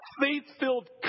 faith-filled